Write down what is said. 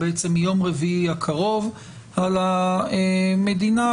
בעצם מיום רביעי הקרוב על המדינה,